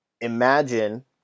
imagine